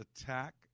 attack